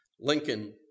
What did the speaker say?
Lincoln